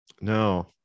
No